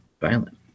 violent